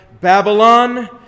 Babylon